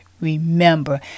Remember